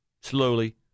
slowly